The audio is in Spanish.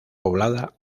poblada